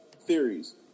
theories